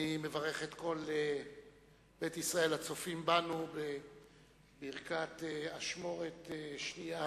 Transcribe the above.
אני מברך את כל בית ישראל הצופים בנו בברכת אשמורת שנייה